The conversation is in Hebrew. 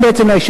מאז